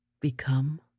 become